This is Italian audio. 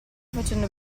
facendo